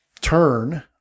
turn